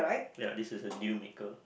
ya this is a deal maker